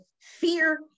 fear